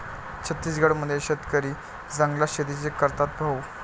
छत्तीसगड मध्ये शेतकरी जंगलात शेतीच करतात भाऊ